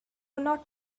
not